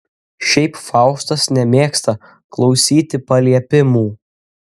šiaip faustas nemėgsta klausyti paliepimų